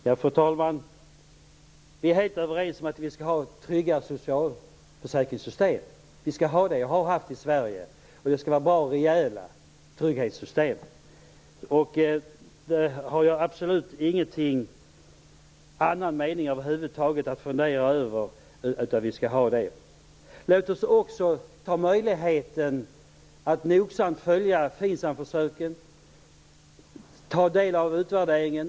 Fru talman! Vi är helt överens om att vi skall ha trygga socialförsäkringssystem. Vi skall ha det, och det har vi haft i Sverige. Det skall vara bra, rejäla trygghetssystem. Där finns det absolut ingen annan mening att över huvud taget fundera över. Låt oss också ta möjligheten att nogsamt följa FINSAM-försöken och ta del av utvärderingen.